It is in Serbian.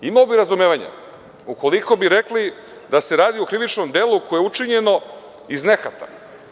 Imao bih razumevanje ukoliko bi rekli da se radi o krivičnom delo koje je učinjeno iz nehata.